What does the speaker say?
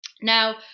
Now